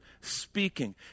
speaking